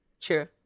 True